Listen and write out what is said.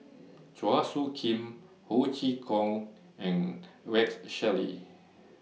Chua Soo Khim Ho Chee Kong and Rex Shelley